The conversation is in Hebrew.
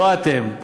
לא אתם,